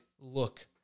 look